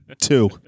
two